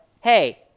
hey